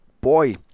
boy